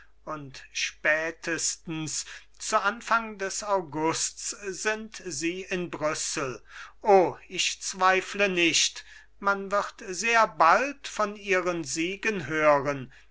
spätestens zu anfang des augusts sind sie in brüssel o ich zweifle nicht man wird sehr bald von ihren siegen hören